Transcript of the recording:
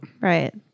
Right